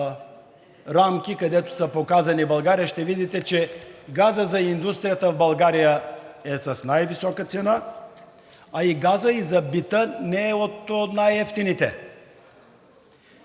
рамки, където е показана България, ще видите, че газът за индустрията в България е с най-висока цена, а газът и за бита не е от най-евтините.